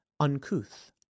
Uncouth